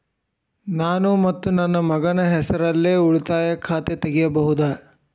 ನಾನು ಮತ್ತು ನನ್ನ ಮಗನ ಹೆಸರಲ್ಲೇ ಉಳಿತಾಯ ಖಾತ ತೆಗಿಬಹುದ?